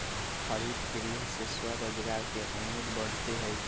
हरितगृह से स्वरोजगार के उम्मीद बढ़ते हई